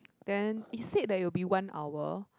then it said that it will be one hour